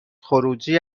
خروجی